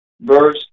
verse